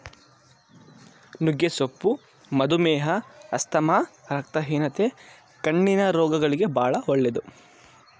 ನುಗ್ಗೆ ಸೊಪ್ಪು ಮಧುಮೇಹ, ಆಸ್ತಮಾ, ರಕ್ತಹೀನತೆ, ಕಣ್ಣಿನ ರೋಗಗಳಿಗೆ ಬಾಳ ಒಳ್ಳೆದು